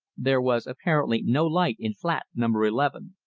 there was apparently no light in flat number eleven,